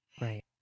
Right